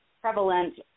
prevalent